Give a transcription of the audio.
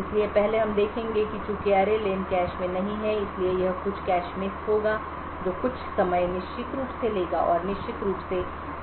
इसलिए पहले हम देखेंगे कि चूंकि array len कैश में नहीं है इसलिए यह कुछ कैश मिस होगा जो कुछ समय कॉन्स्टेबल राशि निश्चित रूप से लेगा और निश्चित रूप से